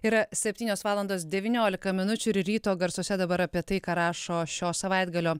yra septynios valandos devyniolika minučių ir ryto garsuose dabar apie tai ką rašo šio savaitgalio